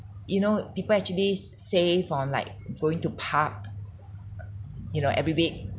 you know people actually s~ save on like going to pub you know every week